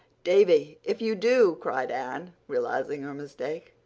davy! if you do! cried anne, realizing her mistake.